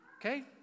Okay